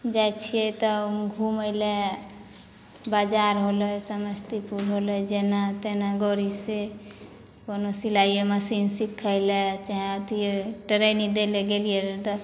जाइ छियै तब घूमय लए बाजार होले समस्तीपुर होले जेना तेना गड़ी से कोनो सिलाइए मशीन सीखै लए चाहे अथिए ट्रेनिंग दै लए गेलिए रऽ गऽ